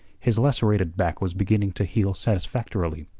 his lacerated back was beginning to heal satisfactorily.